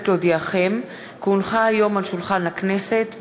שאנחנו ממשיכים בדיון אנחנו רוצים לעבור להודעת מזכירת הכנסת.